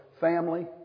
family